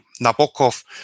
Nabokov